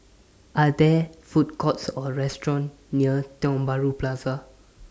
Are There Food Courts Or restaurants near Tiong Bahru Plaza